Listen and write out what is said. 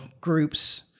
groups